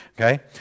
Okay